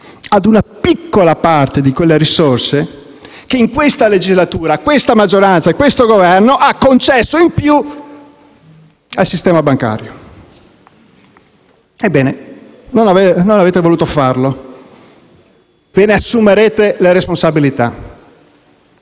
a una piccola parte di quelle risorse che in questa legislatura questa maggioranza e questo Governo hanno concesso in più al sistema bancario. Ebbene, non avete voluto farlo. Ve ne assumerete le responsabilità.